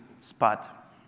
Spot